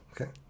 Okay